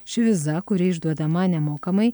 ši viza kuri išduodama nemokamai